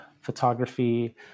photography